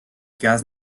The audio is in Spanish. gas